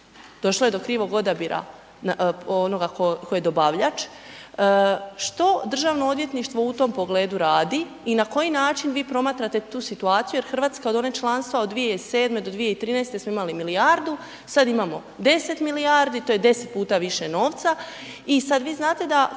došlo je do krivog odabira onoga ko, ko je dobavljač, što državno odvjetništvo u tom pogledu radi i na koji način vi promatrate tu situaciju jer RH od onog članstva od 2007. do 2013. smo imali milijardu, sad imamo 10 milijardi, to je 10 puta više novca i sad vi znate da